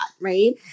right